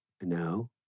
No